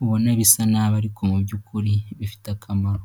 ,ubona bisa nabi ariko mu by'ukuri bifite akamaro.